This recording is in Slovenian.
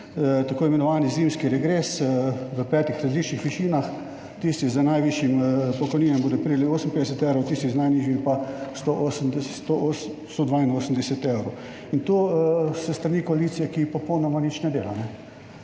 tako imenovani zimski regres v petih različnih višinah, tisti z najvišjimi pokojninami bodo prijeli 58 evrov, tisti z najnižjimi pa 182 evrov, in to s strani koalicije, ki popolnoma nič ne dela.